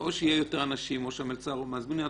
או שיהיו יותר אנשים או שהמלצר הוא מזמין עתודה.